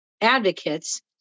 advocates